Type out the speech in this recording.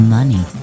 Money